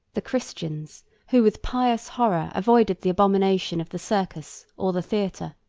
the christians, who with pious horror avoided the abomination of the circus or the theatre,